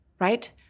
right